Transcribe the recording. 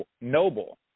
Noble